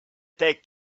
take